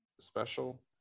special